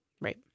Right